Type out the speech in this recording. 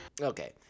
Okay